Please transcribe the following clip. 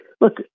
look